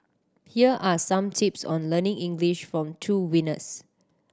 here are some tips on learning English from two winners